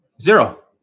Zero